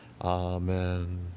Amen